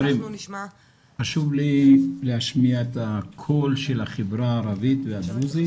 חשוב לי להשמיע את הקול של החברה הערבית והדרוזית